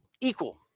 equal